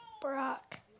Brock